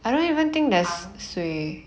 糖